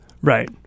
Right